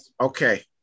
Okay